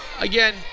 again